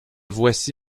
voici